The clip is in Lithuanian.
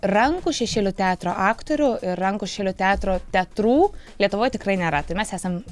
rankų šešėlių teatro aktorių ir rankų šešėlių teatro teatrų lietuvoj tikrai nėra tai mes esam